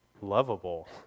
lovable